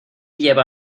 lleva